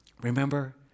remember